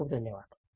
खूप खूप धन्यवाद